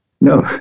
no